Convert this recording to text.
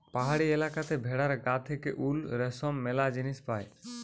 পাহাড়ি এলাকাতে ভেড়ার গা থেকে উল, রেশম ম্যালা জিনিস পায়